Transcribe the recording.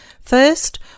First